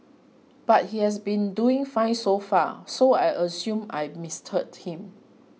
but he has been doing fine so far so I assumed I'd misheard him